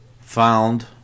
found